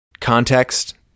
context